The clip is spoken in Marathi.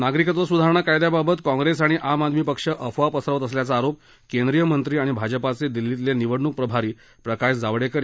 नागरिकत्व सुधारणा कायद्याबाबत काँग्रेस आणि आम आदमी पक्ष अफवा पसरवत असल्याचा आरोप केंद्रीय मंत्री आणि भाजपाचे दिल्लीतले निवडणूक प्रभारी प्रकाश जावडेकर यांनी केला आहे